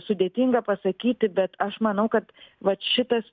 sudėtinga pasakyti bet aš manau kad vat šitas